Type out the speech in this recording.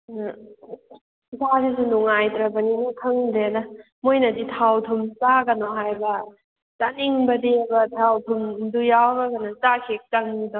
ꯑ ꯏꯁꯥꯁꯤꯁꯨ ꯅꯨꯡꯏꯇ꯭ꯔꯕꯅꯤꯅ ꯈꯪꯗ꯭ꯔꯦꯗ ꯃꯣꯏꯅꯗꯤ ꯊꯥꯎ ꯊꯨꯝ ꯆꯥꯒꯅꯣ ꯍꯥꯏꯕ ꯆꯥꯅꯤꯡꯕꯗꯤꯕ ꯊꯥꯎ ꯊꯨꯝꯗꯨꯨ ꯌꯥꯎꯔꯒꯅ ꯆꯥꯛ ꯍꯦꯛ ꯆꯪꯉꯤꯗꯣ